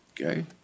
Okay